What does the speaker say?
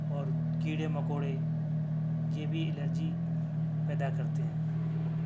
اور کیڑے مکوڑے یہ بھی ایلرجی پیدا کرتے ہیں